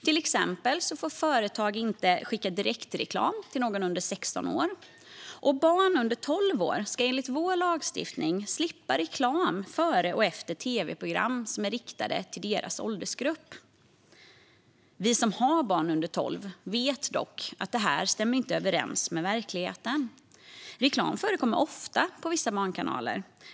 Till exempel får företag inte skicka direktreklam till någon under 16 år, och barn under 12 år ska enligt vår lagstiftning slippa reklam före och efter tv-program som är riktade till deras åldersgrupp. Vi som har barn under 12 år vet dock att detta inte stämmer med verkligheten. Reklam förekommer ofta på vissa barnkanaler.